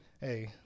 Hey